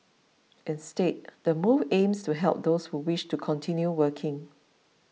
instead the move aims to help those who wish to continue working